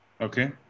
Okay